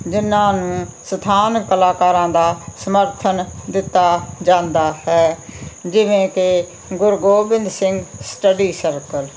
ਜਿਹਨਾਂ ਨੂੰ ਸਥਾਨਕ ਕਲਾਕਾਰਾਂ ਦਾ ਸਮਰਥਨ ਦਿੱਤਾ ਜਾਂਦਾ ਹੈ ਜਿਵੇਂ ਕਿ ਗੁਰੂ ਗੋਬਿੰਦ ਸਿੰਘ ਸਟੱਡੀ ਸਰਕਲ